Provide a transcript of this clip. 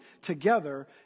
together